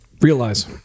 realize